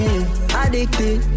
Addicted